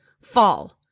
fall